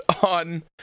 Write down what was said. on